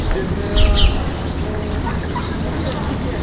गायग्राया थ'